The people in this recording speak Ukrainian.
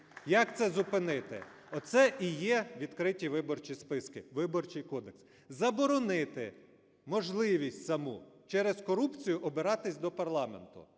Як це зупинити? Оце і є відкриті виборчі списки, Виборчий кодекс. Заборонити можливість саму через корупцію обиратись до парламенту.